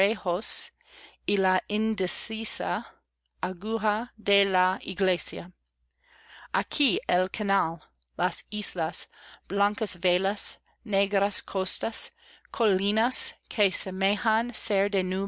lugarejos y la indecisa aguja de la iglesia aquí el canal las islas blancas velas negras costas colinas que semejan